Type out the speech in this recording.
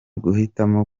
guhitamo